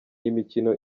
imikino